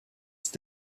ist